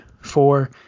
four